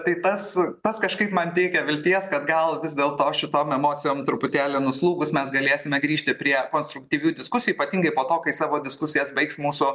tai tas tas kažkaip man teikia vilties kad gal vis dėlto šitom emocijom truputėlį nuslūgus mes galėsime grįžti prie konstruktyvių diskusijų ypatingai po to kai savo diskusijas baigs mūsų